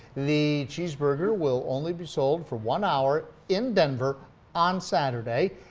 the cheeseburger will only be sold for one hour in denver on saturday.